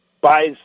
buys